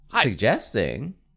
Suggesting